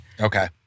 Okay